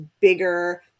bigger